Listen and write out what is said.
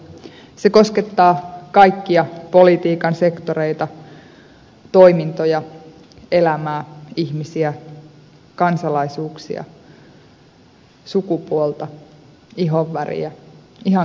se koskettaa kaikkia politiikan sektoreita toimintoja elämää ihmisiä kansalaisuuksia sukupuolta ihonväriä ihan kaikkea